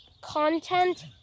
content